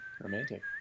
Romantic